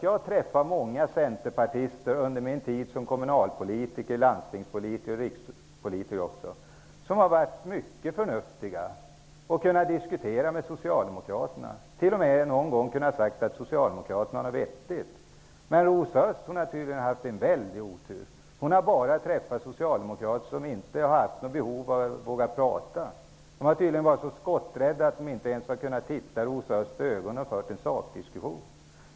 Jag har under min tid som kommunalpolitiker, landstingspolitiker och rikspolitiker träffat många centerpartister som har varit mycket förnuftiga och som har kunnat diskutera med socialdemokraterna. Det har t.o.m. hänt att de har sagt att socialdemokraterna varit vettiga. Men Rosa Östh har tydligen haft en väldig otur. Hon har bara träffat socialdemokrater som inte haft behov av, eller som inte vågat, prata. De har tydligen varit så skotträdda att de inte ens har kunnat se Rosa Östh i ögonen eller kunnat föra en sakdiskussion.